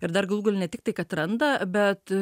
ir dar galų gale ne tiktai kad randa bet